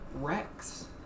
Rex